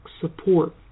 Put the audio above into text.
support